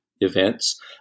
events